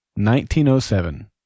1907